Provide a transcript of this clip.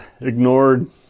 ignored